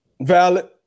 Valid